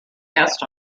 guest